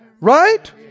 right